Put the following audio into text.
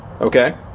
Okay